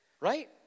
right